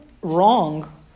wrong